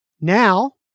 Now